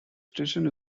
station